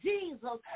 Jesus